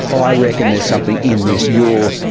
i reckon there's something in this, you're,